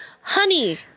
honey